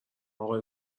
آقای